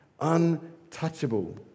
untouchable